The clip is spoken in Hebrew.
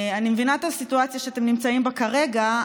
מתקן טיהור שפכים משותף,